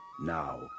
Now